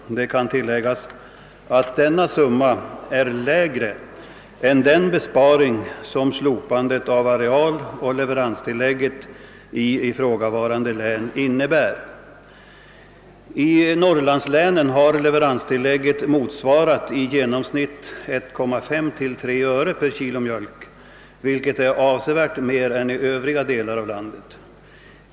Det kan tilläggas att detta belopp är lägre än den besparing som slopandet av arealoch leveranstilläggen i ifrågavarande län innebär. I norrlandslänen har leveranstillägget motsvarat i genomsnitt 1,5—3 öre per kilo mjölk, vilket är avsevärt mer än i övriga delar av landet.